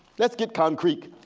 let's get concrete.